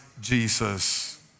Jesus